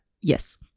yes